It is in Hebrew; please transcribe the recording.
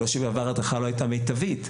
לא שבעבר ההדרכה לא הייתה מיטבית,